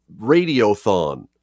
radiothon